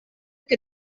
que